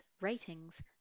ratings